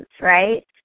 right